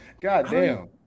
Goddamn